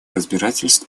разбирательства